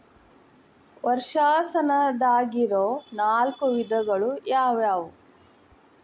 ವರ್ಷಾಶನದಾಗಿರೊ ನಾಲ್ಕು ವಿಧಗಳು ಯಾವ್ಯಾವು?